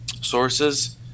sources